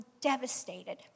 devastated